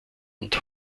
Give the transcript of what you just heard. und